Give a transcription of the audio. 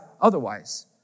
otherwise